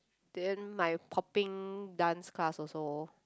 then my popping dance class also